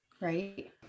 right